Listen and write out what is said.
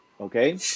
okay